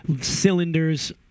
cylinders